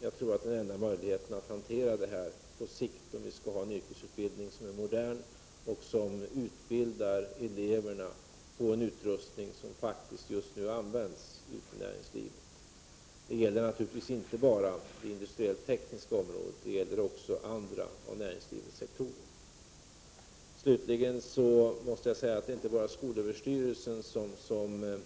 Jag tror att det är den enda möjligheten att hantera detta på sikt, om vi skall ha en yrkesutbildning som är modern och som utbildar eleverna på utrustning som används ute i näringslivet. Det gäller naturligtvis inte bara industriellt tekniska områden, utan det gäller även andra områden inom näringslivets sektorer. Det är inte bara skolöverstyrelsen som